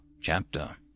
CHAPTER